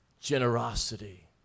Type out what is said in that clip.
Generosity